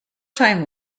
time